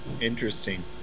Interesting